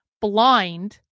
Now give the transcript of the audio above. blind